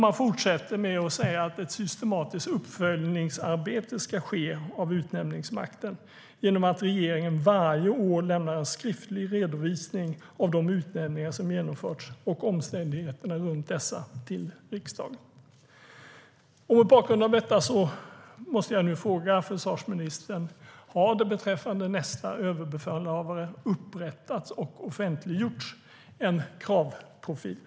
Man fortsatte med att skriva att ett systematiskt uppföljningsarbete ska ske av utnämningsmakten genom att regeringen varje år lämnar en skriftlig redovisning till riksdagen av de utnämningar som genomförts och omständigheterna runt dessa. Mot bakgrund av detta måste jag fråga försvarsministern: Har det beträffande nästa överbefälhavare upprättats och offentliggjorts en kravprofil?